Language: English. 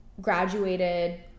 graduated